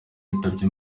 yitabye